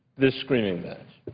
this screaming match,